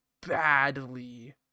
badly